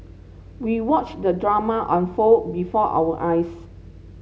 we watched the drama unfold before our eyes